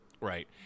Right